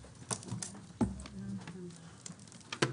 הישיבה ננעלה בשעה 13:48.